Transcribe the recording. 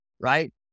right